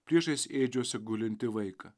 priešais ėdžiose gulintį vaiką